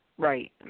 Right